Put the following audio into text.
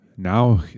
Now